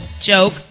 Joke